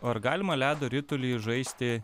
o ar galima ledo ritulį žaisti